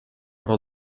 però